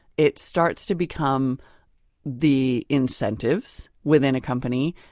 it starts to become the incentives within a company,